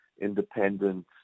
independent